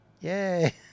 Yay